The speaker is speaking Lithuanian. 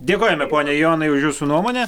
dėkojame pone jonai už jūsų nuomonę